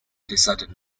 decided